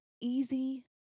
Easy